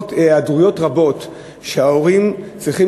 בעקבות ההיעדרויות הרבות שההורים צריכים